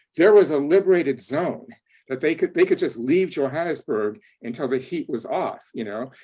there was a liberated zone that they could they could just leave johannesburg until the heat was off, you know?